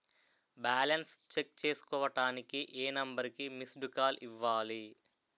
Balance check చేసుకోవటానికి ఏ number కి మిస్డ్ కాల్ ఇవ్వాలి?